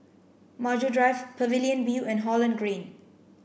Maju Drive Pavilion View and Holland Green